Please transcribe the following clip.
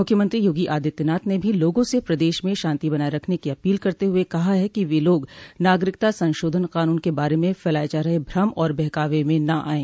मुख्यमंत्री योगी आदित्यनाथ ने भी लोगों से प्रदेश में शांति बनाये रखने की अपील करते हुए कहा है कि लोग नागरिकता संशोधन कानून के बारे में फैलाये जा रहे भ्रम और बहकावे में न आयें